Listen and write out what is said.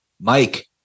Mike